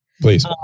Please